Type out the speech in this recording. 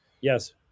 Yes